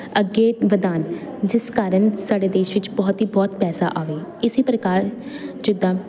ਅੱਗੇ ਵਧਾਉਣ ਜਿਸ ਕਾਰਨ ਸਾਡੇ ਦੇਸ਼ ਵਿੱਚ ਬਹੁਤ ਹੀ ਬਹੁਤ ਪੈਸਾ ਆਵੇ ਇਸ ਪ੍ਰਕਾਰ ਜਿੱਦਾਂ